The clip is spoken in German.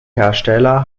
hersteller